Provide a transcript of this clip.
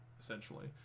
essentially